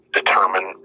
determine